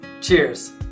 Cheers